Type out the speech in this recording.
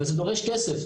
וזה דורש כסף.